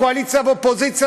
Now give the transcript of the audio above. קואליציה ואופוזיציה,